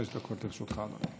חמש דקות לרשותך.